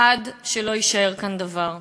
עד שלא יישאר כאן דבר.